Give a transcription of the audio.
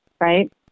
right